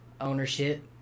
ownership